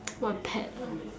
what pet loh